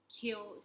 kill